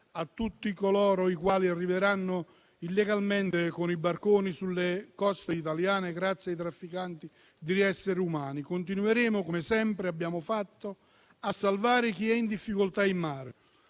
a tutti coloro i quali arriveranno illegalmente con i barconi sulle coste italiane, grazie ai trafficanti di esseri umani; continueremo, come sempre abbiamo fatto, a salvare chi è in difficoltà in mare.